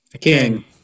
king